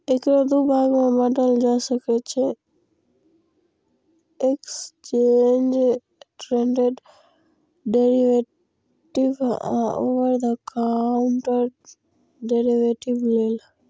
एकरा दू भाग मे बांटल जा सकै छै, एक्सचेंड ट्रेडेड डेरिवेटिव आ ओवर द काउंटर डेरेवेटिव लेल